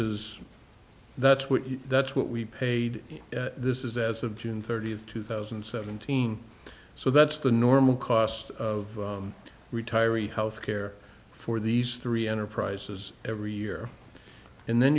is that's what that's what we paid this is as of june thirtieth two thousand and seventeen so that's the normal cost of retiree health care for these three enterprises every year and then